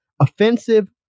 offensive